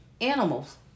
animals